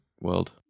world